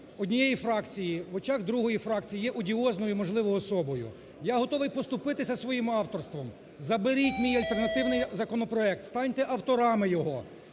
однієї фракції, в очах другої фракції є одіозною, можливо, особою. Я готовий поступитися своїм авторством, заберіть мій альтернативний законопроект, станьте авторами його,